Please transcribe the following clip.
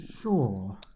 Sure